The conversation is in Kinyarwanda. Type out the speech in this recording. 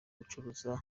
gucuruza